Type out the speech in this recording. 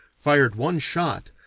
fired one shot,